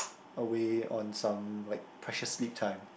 away on some like precious sleep time